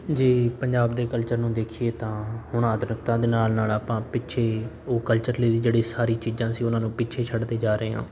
ਜੇ ਪੰਜਾਬ ਦੇ ਕਲਚਰ ਨੂੰ ਦੇਖੀਏ ਤਾਂ ਹੁਣ ਆਧੁਨਿਕਤਾ ਦੇ ਨਾਲ ਨਾਲ ਆਪਾਂ ਪਿੱਛੇ ਉਹ ਕਲਚਰਲੀ ਦੀ ਜਿਹੜੀ ਸਾਰੀ ਚੀਜ਼ਾਂ ਸੀ ਉਹਨਾਂ ਨੂੰ ਪਿੱਛੇ ਛੱਡਦੇ ਜਾ ਰਹੇ ਹਾਂ